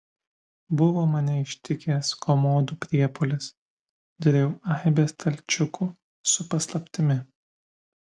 buvo mane ištikęs komodų priepuolis dariau aibę stalčiukų su paslaptimi